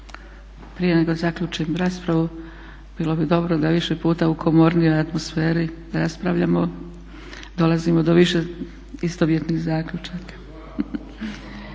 Prije nego zaključim raspravu bilo bi dobro da više puta u komornijoj atmosferi raspravljamo, dolazimo do više istovjetnih zaključaka.